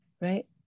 right